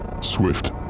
Swift